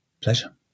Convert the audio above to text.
Pleasure